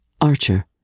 Archer